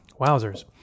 Wowzers